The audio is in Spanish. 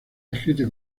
escritas